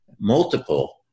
multiple